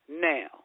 Now